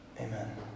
Amen